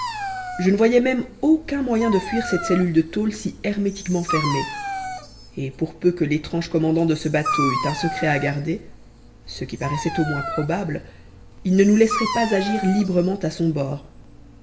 je ne voyais même aucun moyen de fuir cette cellule de tôle si hermétiquement fermée et pour peu que l'étrange commandant de ce bateau eût un secret à garder ce qui paraissait au moins probable il ne nous laisserait pas agir librement à son bord